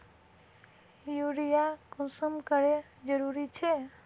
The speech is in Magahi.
यूरिया कुंसम करे जरूरी छै?